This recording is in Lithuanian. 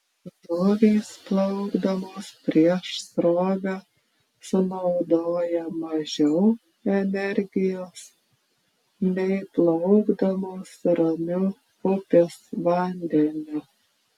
žuvys plaukdamos prieš srovę sunaudoja mažiau energijos nei plaukdamos ramiu upės vandeniu